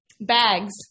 Bags